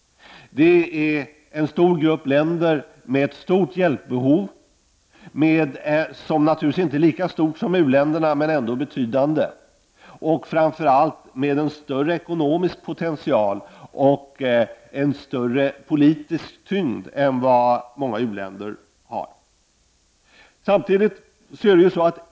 Det är en stor grupp länder med ett betydande hjälpbehov, även om det inte är lika stort som u-länder nas. Framför allt har de en större ekonomisk potential och större politisk tyngd än många u-länder.